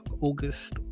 August